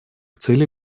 целей